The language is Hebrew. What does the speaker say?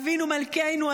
אבינו מלכנו,